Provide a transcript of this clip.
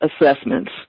assessments